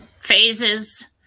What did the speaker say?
phases